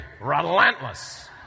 Relentless